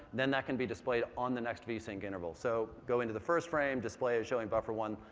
then that can be displayed on the next vsync interval. so go into the first frame, display showing buffer one.